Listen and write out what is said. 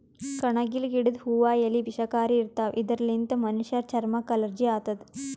ಕಣಗಿಲ್ ಗಿಡದ್ ಹೂವಾ ಎಲಿ ವಿಷಕಾರಿ ಇರ್ತವ್ ಇದರ್ಲಿನ್ತ್ ಮನಶ್ಶರ್ ಚರಮಕ್ಕ್ ಅಲರ್ಜಿ ಆತದ್